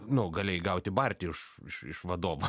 nu galėjai gauti barti iš iš iš vadovo